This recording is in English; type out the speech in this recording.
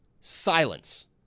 Silence